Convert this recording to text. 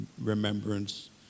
remembrance